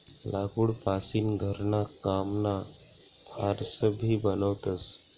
लाकूड पासीन घरणा कामना फार्स भी बनवतस